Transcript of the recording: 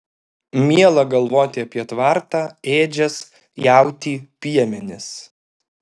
miela galvoti apie tvartą ėdžias jautį piemenis